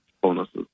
bonuses